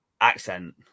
Accent